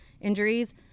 injuries